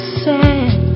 sad